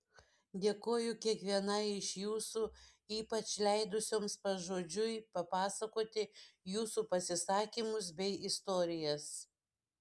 dėkoju kiekvienai iš jūsų ypač leidusioms pažodžiui papasakoti jūsų pasisakymus bei istorijas